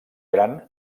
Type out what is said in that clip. gran